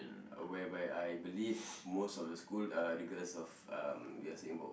whereby I believe most of the schools are regardless of um we are saying about